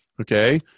okay